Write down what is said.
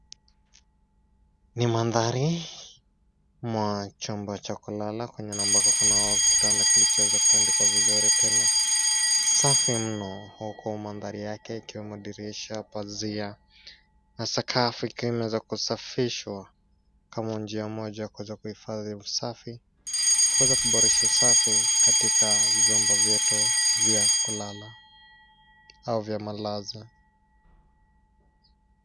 Ni mandhari mwa chomba cha kulala kwenye na ambako kunao kitanda kilichoweza kutandikwa vizuri tena safi mno huko mandhari yake ikiwemo dirisha, pazia na sakafu ikiwa imeweza kusafishwa kama njia moja kuweza kuhifadhi usafi kuweza kuboresha usafi katika vyombo vyetu vya kulala au vya malazi.